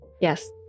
Yes